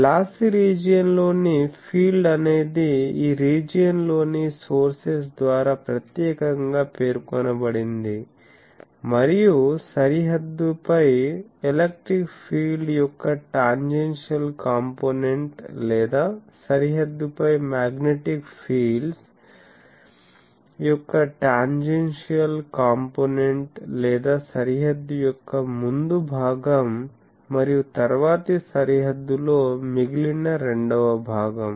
lossy region లోని field అనేది ఈ రీజియన్ లోని సోర్సెస్ ద్వారా ప్రత్యేకంగా పేర్కొనబడింది మరియు సరిహద్దు పై ఎలక్ట్రిక్ ఫీల్డ్ యొక్క టాన్జెన్సియల్ కాంపోనెంట్ లేదా సరిహద్దు పై మాగ్నెటిక్ ఫీల్డ్స్ యొక్క టాన్జెన్సియల్ కాంపోనెంట్ లేదా సరిహద్దు యొక్క ముందు భాగం మరియు తరువాతి సరిహద్దులో మిగిలిన రెండవ భాగం